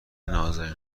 نــازنین